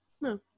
no